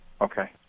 Okay